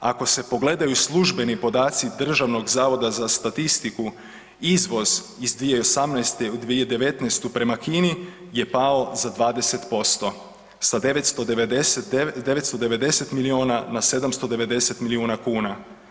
Ako se pogledaju službeni podaci Državnog zavoda za statistiku izvoz iz 2018. u 2019. p prema Kini je pao za 20% sa 990 milijuna na 790 milijuna kuna.